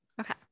okay